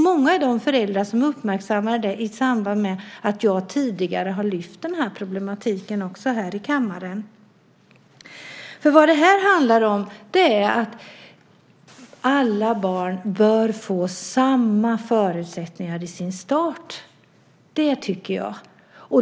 Många föräldrar har uppmärksammat detta i samband med att jag tidigare har lyft den här frågan här i kammaren. Det handlar om att alla barn bör få samma förutsättningar i sin start.